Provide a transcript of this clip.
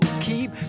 keep